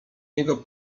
nią